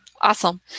Awesome